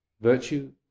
virtue